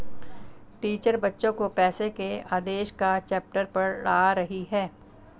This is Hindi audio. टीचर बच्चो को पैसे के आदेश का चैप्टर पढ़ा रही हैं